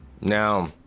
Now